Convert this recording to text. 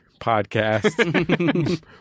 podcast